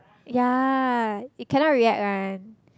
ya you cannot react one